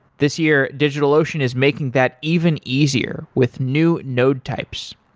this year, digitalocean is making that even easier with new node types.